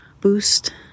boost